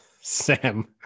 Sam